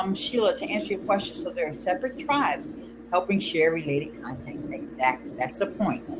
um sheila, to answer your question. so there are separate tribes helping share related content exactly, that's the point.